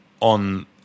on